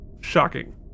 Shocking